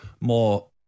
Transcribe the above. more